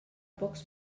pocs